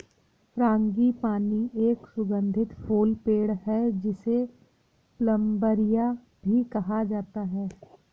frangipani एक सुगंधित फूल पेड़ है, जिसे प्लंबरिया भी कहा जाता है